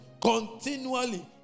continually